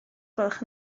gwelwch